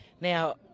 Now